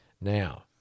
Now